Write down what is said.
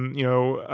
you know,